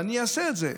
ואני אעשה את זה,